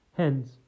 Hence